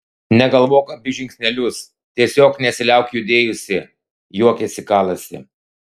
negalvok apie žingsnelius tiesiog nesiliauk judėjusi juokėsi kalasi